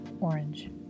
Orange